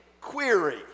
query